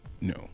No